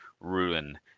ruin